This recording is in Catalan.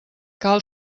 cal